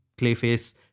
Clayface